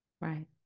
right